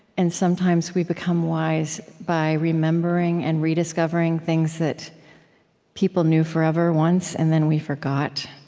and sometimes we become wise by remembering and rediscovering things that people knew forever, once, and then we forgot.